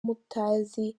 mutazi